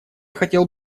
хотел